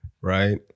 right